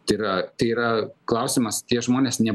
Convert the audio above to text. tai yra tai yra klausimas tie žmonės ne